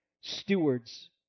stewards